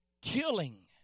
killing